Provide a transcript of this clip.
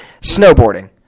Snowboarding